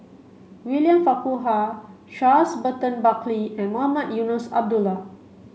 William Farquhar Charles Burton Buckley and Mohamed Eunos Abdullah